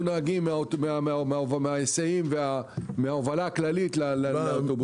נהגים מההיסעים ומההובלה הכללית לאוטובוסים.